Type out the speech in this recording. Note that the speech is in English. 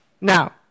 Now